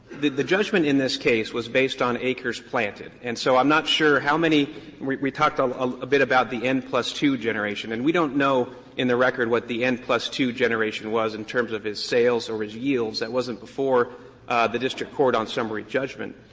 the the judgment in this case was based on acres planted, and so i'm not sure how many we talked a bit about the n plus two generation, and we don't know in the record what the n plus two generation was, in terms of his sales or his yields. that wasn't before the district court on summary judgment.